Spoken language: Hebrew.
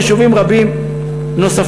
ועוד יישובים רבים נוספים.